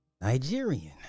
Nigerian